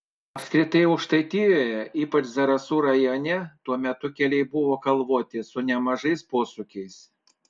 apskritai aukštaitijoje ypač zarasų rajone tuo metu keliai buvo kalvoti su nemažais posūkiais